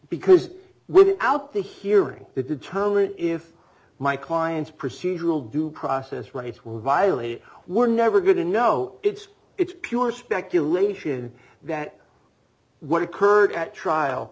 because without the hearing to determine if my client's procedural due process rights were violated we're never going to know it's it's pure speculation that what occurred at trial